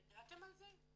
אתם ידעתם על זה?